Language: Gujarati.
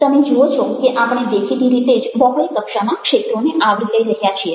તમે જુઓ છો કે આપણે દેખીતી રીતે જ બહોળી કક્ષામાં ક્ષેત્રોને આવરી લઇ રહ્યા છીએ